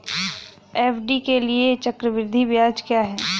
FD के लिए चक्रवृद्धि ब्याज क्या है?